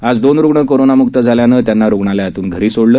आज दोन रुग्ण कोरोनामुक्त झाल्यानं त्यांना रुग्णालयातून घरी सोडलं